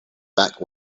back